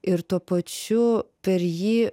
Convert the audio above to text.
ir tuo pačiu per jį